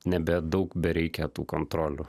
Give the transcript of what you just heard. nebedaug bereikia tų kontrolių